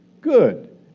Good